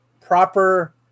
proper